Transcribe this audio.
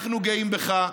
אנחנו גאים בך.